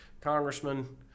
congressman